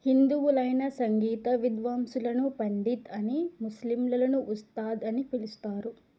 హిందువులైన సంగీత విద్వాంసులను పండిట్ అనీ ముస్లింలను ఉస్తాద్ అనీ పిలుస్తారు